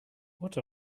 what